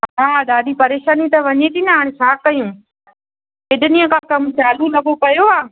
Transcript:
हा ॾाढी परेशानी त वञे थी न हाणे छा कयूं हेॾनि ॾींहंनि का कमु चालूं लॻो पियो आहे